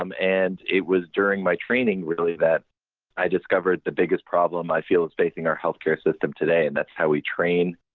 um and it was during my training really that i discovered the biggest problem i feel that's facing our healthcare system today and that's how we train,